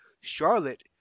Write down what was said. Charlotte